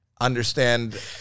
Understand